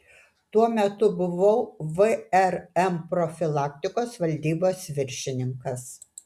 tuo metu buvau vrm profilaktikos valdybos viršininkas